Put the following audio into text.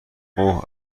اوه